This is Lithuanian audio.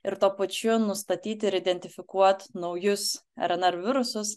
ir tuo pačiu nustatyti ir identifikuot naujus rnr virusus